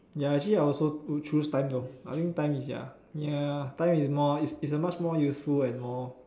ya actually I also choose time though I think time ya ya time is more is a much more useful and more